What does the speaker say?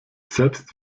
selbst